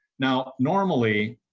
now normally.